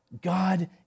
God